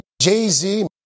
Jay-Z